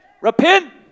repent